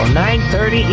9.30